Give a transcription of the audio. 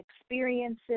experiences